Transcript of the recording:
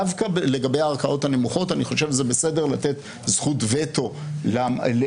דווקא לגבי הערכאות הנמוכות אני חושב שזה בסדר לתת זכות וטו למערכת.